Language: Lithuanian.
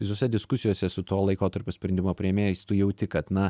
visose diskusijose su to laikotarpio sprendimo priėmėjais tu jauti kad na